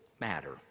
matter